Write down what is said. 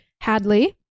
Hadley